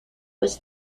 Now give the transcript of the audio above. was